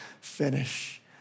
finish